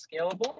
scalable